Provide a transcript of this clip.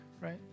right